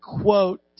quote